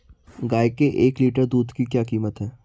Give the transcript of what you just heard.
गाय के एक लीटर दूध की क्या कीमत है?